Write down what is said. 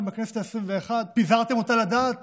בכנסת העשרים-ואחת פיזרתם אותה לדעת